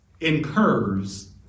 incurs